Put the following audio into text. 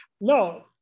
No